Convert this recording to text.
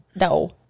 no